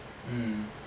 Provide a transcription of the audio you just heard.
mm